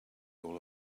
all